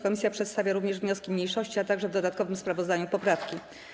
Komisja przedstawia również wnioski mniejszości, a także w dodatkowym sprawozdaniu poprawki.